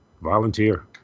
volunteer